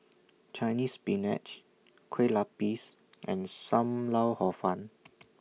Chinese Spinach Kueh Lapis and SAM Lau Hor Fun